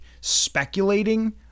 speculating